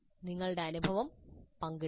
നിങ്ങളുടെ അനുഭവം പങ്കിടുക